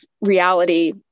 reality